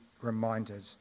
reminded